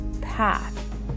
path